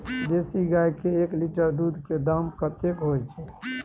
देसी गाय के एक लीटर दूध के दाम कतेक होय छै?